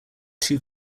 two